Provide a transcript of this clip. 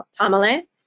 Tamale